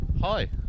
Hi